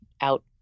out